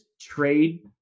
trade